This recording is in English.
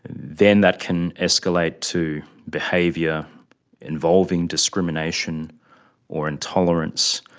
then that can escalate to behaviour involving discrimination or intolerance,